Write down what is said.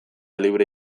librea